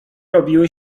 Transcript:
robiły